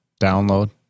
download